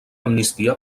amnistia